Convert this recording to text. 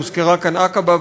הוזכרה כאן עקבה,